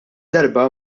darba